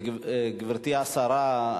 גברתי השרה,